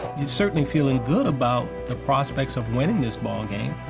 he's certainly feeling good about the prospects of winning this ball game.